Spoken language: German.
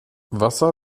wasser